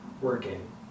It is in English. working